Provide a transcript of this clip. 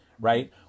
right